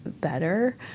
better